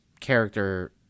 character